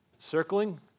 Circling